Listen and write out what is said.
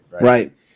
right